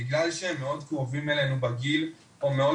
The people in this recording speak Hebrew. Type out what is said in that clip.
בגלל שהם מאוד קרובים אלינו בגיל או מאוד